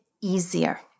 easier